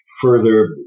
further